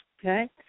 Okay